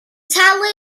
talu